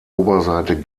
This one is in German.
oberseite